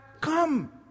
come